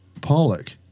Pollock